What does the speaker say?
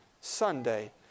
Sunday